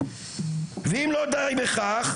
ואם לא די בכך,